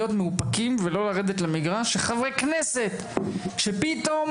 להיות מאופקים ולא לרדת למגרש כאשר אנחנו